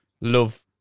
love